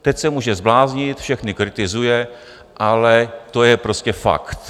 Teď se může zbláznit, všechny kritizuje, ale to je prostě fakt.